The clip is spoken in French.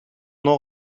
non